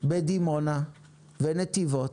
בדימונה ונתיבות,